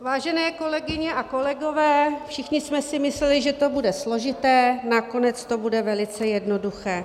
Vážené kolegyně a kolegové, všichni jsme si mysleli, že to bude složité, nakonec to bude velice jednoduché.